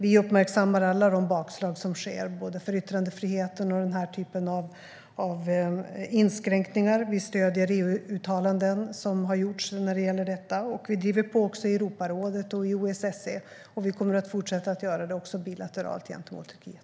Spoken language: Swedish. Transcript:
Vi uppmärksammar alla de bakslag som sker när det gäller yttrandefriheten och den här typen av inskränkningar. Vi stöder EU-uttalanden som har gjorts när det gäller detta. Vi driver också på i Europarådet och i OSSE. Vi kommer att fortsätta att göra det också bilateralt gentemot Turkiet.